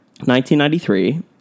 1993